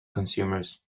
consumers